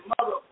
Mother